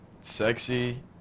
sexy